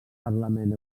parlament